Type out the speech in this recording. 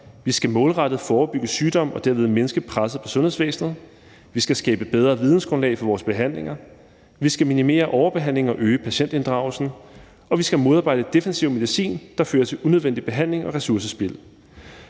vi skal målrettet forebygge sygdom og derved mindske presset på sundhedsvæsenet, vi skal skabe bedre vidensgrundlag for vores behandlinger, vi skal minimere overbehandling og øge patientinddragelsen, og vi skal modarbejde defensiv medicin, der fører til unødvendig behandling og ressourcespild.